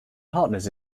partners